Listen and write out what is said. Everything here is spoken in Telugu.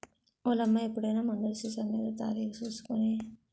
ఓలమ్మా ఎప్పుడైనా మందులు సీసామీద తారీకు సూసి కొనే